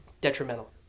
detrimental